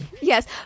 yes